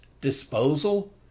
disposal